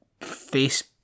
face